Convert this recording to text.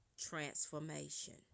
transformation